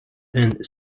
and